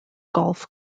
golf